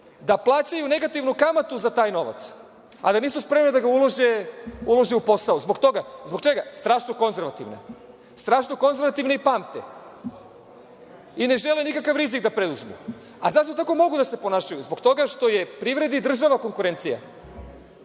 da plaćaju negativnu kamatu za taj novac, a da nisu spremne da ga ulože u posao. Zbog čega? Strašno su konzervativne i pamte i ne žele nikakav rizik da preuzmu. Zašto tako mogu da se ponašaju? Zbog toga što je privredi i država konkurencija. Pomenuo